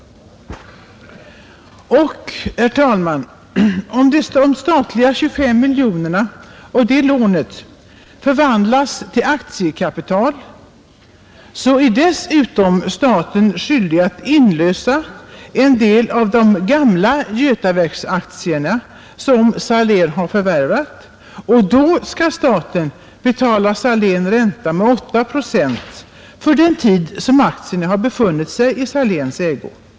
Om det statliga lånet förvandlas till aktiekapital är staten dessutom skyldig att lösa in en del av de gamla Götaverksaktierna som Salén har förvärvat, och då skall staten betala ränta med 8 procent för den tid då aktierna befunnit sig i Saléns ägo.